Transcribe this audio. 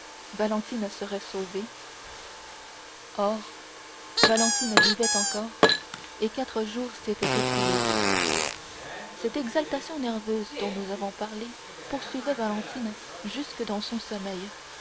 valentine serait sauvée or valentine vivait encore et quatre jours s'étaient écoulés cette exaltation nerveuse dont nous avons parlé poursuivait valentine jusque dans son sommeil